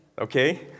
okay